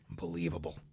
Unbelievable